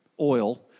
oil